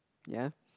ya